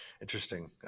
interesting